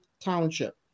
township